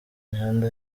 mihanda